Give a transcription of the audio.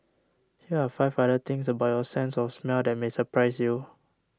here are five other things about your sense of smell that may surprise you